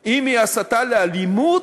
אם היא הסתה לאלימות,